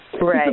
Right